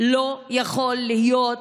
לא יכול להיות